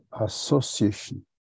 association